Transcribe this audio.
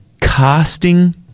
casting